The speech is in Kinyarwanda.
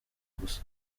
gusa